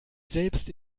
selbst